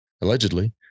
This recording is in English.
allegedly